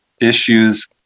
issues